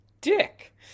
dick